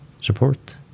support